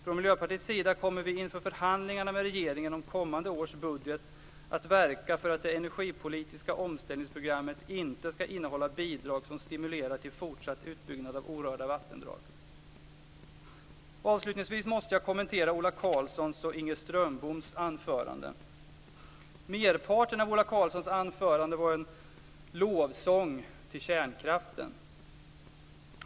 Från Miljöpartiets sida kommer vi inför förhandlingarna med regeringen om kommande års budget att verka för att det energipolitiska omställningsprogrammet inte skall innehålla bidrag som stimulerar till fortsatt utbyggnad av orörda vattendrag. Avslutningsvis måste jag kommentera Ola Karlssons och Inger Strömboms anföranden. Merparten av Ola Karlssons anförande var en lovsång till kärnkraften.